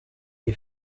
iyi